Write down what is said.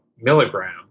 milligram